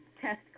test